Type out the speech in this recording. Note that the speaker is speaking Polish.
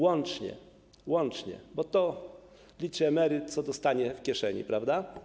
Łącznie, bo to liczy emeryt, co zostanie w kieszeni, prawda?